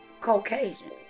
Caucasians